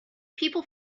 people